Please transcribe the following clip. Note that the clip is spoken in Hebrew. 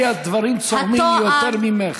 לי הדברים צורמים יותר ממך.